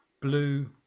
Blue